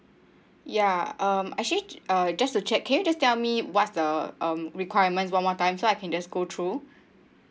ya um actually uh just to check can you just tell me what's the um requirement one more time so I can just go through